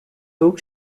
hoek